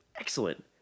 Excellent